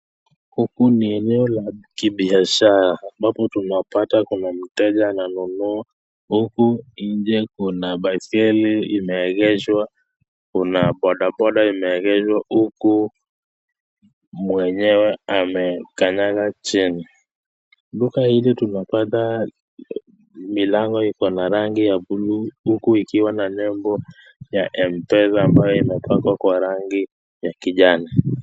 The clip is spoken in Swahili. Huku ni eneo la kibiashara ambapo tunapata kuna mteja ananunua huku nje kuna baiskeli imeegeshwa, kuna bodaboda imeegeshwa huku mwenyewe amekanyaga chini. Duka hili tunapata milango iko na rangi ya blue huku ikiwa na nembo ya M-pesa ambayo imepakwa kwa rangi ya kijani.